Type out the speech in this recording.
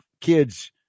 kids